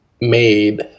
made